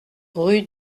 rue